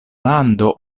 lando